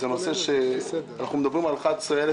אנחנו מדברים על 11,000